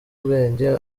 ubwenge